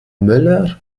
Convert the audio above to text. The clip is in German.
möller